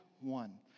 one